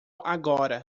agora